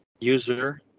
user